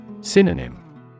Synonym